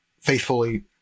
faithfully